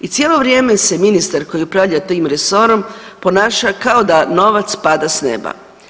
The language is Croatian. I cijelo vrijeme se ministar koji upravlja tim resorom ponaša kao da novac pada s neba.